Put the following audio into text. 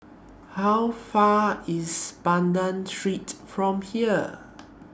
How Far IS Banda Street from here